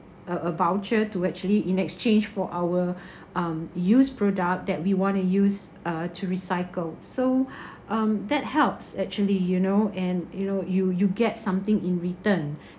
a a voucher to actually in exchange for our um used products that we want to use uh to recycle so um that helps actually you know and you know you you get something in return